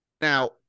Now